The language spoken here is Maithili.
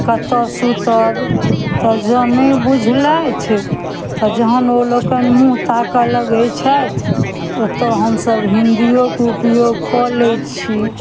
कतऽ सुतब तऽ जँ नहि बुझलथि तऽ जहन ओ लोकनि मुँह ताकऽ लगै छथि ओतऽ हमसब हिन्दियोके उपयोग कऽ लै छी